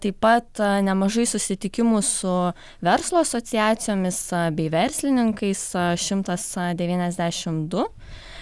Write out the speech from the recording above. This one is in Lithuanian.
taip pat nemažai susitikimų su verslo asociacijomis bei verslininkais šimtas devyniasdešimt du